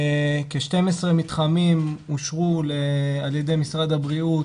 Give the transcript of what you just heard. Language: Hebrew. כ-12 מתחמים אושרו על ידי משרד הבריאות